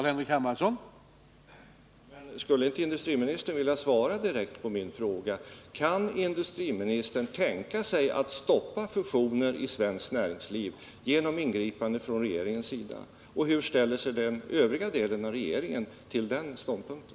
Herr talman! Men skulle inte industriministern viljajsvara direkt på min fråga: Kan industriministern tänka sig att stoppa fusioner i svenskt näringsliv genom ingripande från regeringens sida? Och hur ställer sig den övriga delen av regeringen till den ståndpunkten?